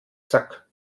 zack